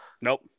nope